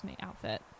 outfit